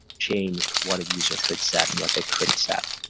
changed what a user could set and what they couldn't set.